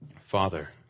Father